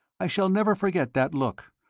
i shall never forget that look,